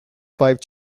five